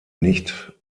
nicht